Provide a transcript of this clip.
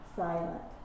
silent